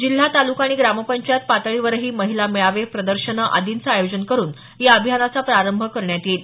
जिल्हा तालुका आणि ग्रामपंचायत पातळीवरही महिला मेळावे प्रदर्शनं आदींचं आयोजन करुन या अभियानाचा प्रारंभ करण्यात येईल